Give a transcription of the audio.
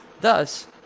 thus